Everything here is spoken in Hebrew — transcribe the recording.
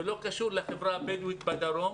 זה לא קשור לחברה הבדואית בדרום,